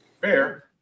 fair